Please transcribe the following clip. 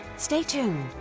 stay tuned.